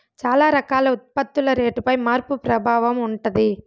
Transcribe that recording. చాలా రకాల ఉత్పత్తుల రేటుపై మార్పు ప్రభావం ఉంటది